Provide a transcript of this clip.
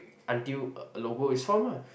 until a logo is formed lah